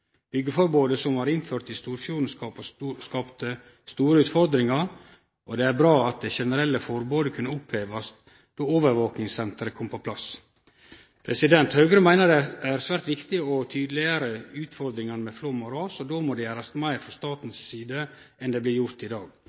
Byggjeforbodet som blei innført i Storfjorden, skapte store utfordringar, og det er bra at det generelle forbodet kunne opphevast då overvakingssenteret kom på plass. Høgre meiner det er svært viktig å tydeleggjere utfordringane med flom og ras, og då må det gjerast meir frå staten si side enn det blir gjort i dag.